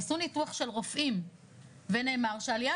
עשו ניתוח של רופאים ונאמר שהאוכלוסיה